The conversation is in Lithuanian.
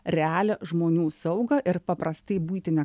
realią žmonių saugą ir paprastai buitine